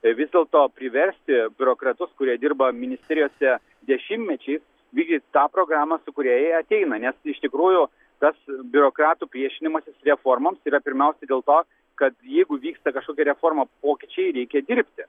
tai vis dėlto priversti biurokratus kurie dirba ministerijose dešimtmečiais vykdyt tą programą su kuria jie ateina nes iš tikrųjų tas biurokratų priešinimasis reformoms yra pirmiausia dėl to kad jeigu vyksta kažkokia reforma pokyčiai reikia dirbti